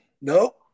No